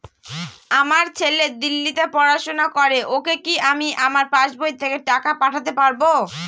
আমার ছেলে দিল্লীতে পড়াশোনা করে ওকে কি আমি আমার পাসবই থেকে টাকা পাঠাতে পারব?